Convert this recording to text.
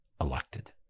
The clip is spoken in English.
elected